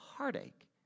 Heartache